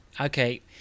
Okay